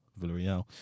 Villarreal